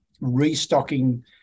restocking